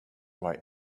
why